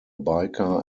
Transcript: biker